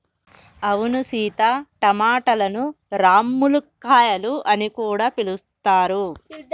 అవును సీత టమాటలను రామ్ములక్కాయాలు అని కూడా పిలుస్తారు